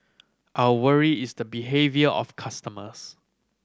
our worry is the behaviour of customers